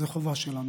זו חובה שלנו.